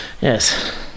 Yes